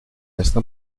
esta